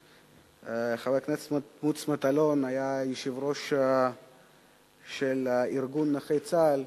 חבר הכנסת מוץ מטלון היה יושב-ראש ארגון נכי צה"ל,